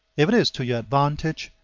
if it is to your advantage,